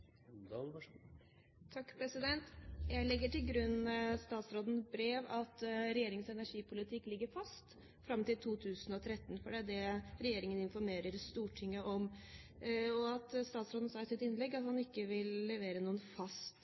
det velkommen. Så vil jo prosessen vise om det er politisk grunnlag for det. Jeg legger til grunn statsrådens brev om at regjeringens energipolitikk «ligger fast» fram til 2013, for det er det regjeringen informerer Stortinget om. Statsråden sa i sitt innlegg at han ikke vil levere fast